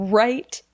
right